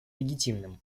легитимным